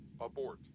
Abort